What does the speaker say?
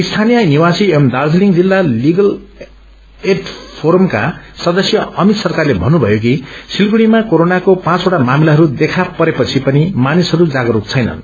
स्थानीय निवासी एवं दार्जीलिङ जिल्ला लिगल एड फोरमका सदस्य अमित सरकारले भन्नुथयो कि सिलगढ़ीमा कोरोनाको पाँचवटा मामिलाइरू देखा परेपछि पनि मानिसहरू जागरूक छैनन्